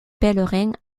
pèlerins